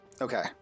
Okay